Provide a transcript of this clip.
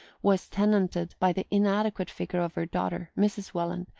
was tenanted by the inadequate figure of her daughter, mrs. welland,